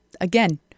Again